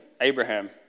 Abraham